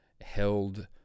held